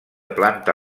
planta